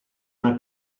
una